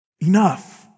Enough